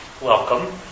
Welcome